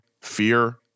fear